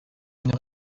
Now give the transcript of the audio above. une